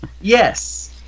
Yes